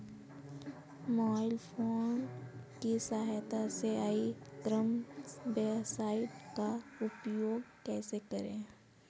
Mobile phone की सहायता से ई कॉमर्स वेबसाइट का उपयोग कैसे करें?